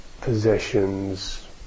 possessions